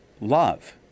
love